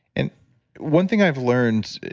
and one thing i've learned